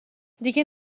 دیگه